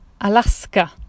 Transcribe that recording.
Alaska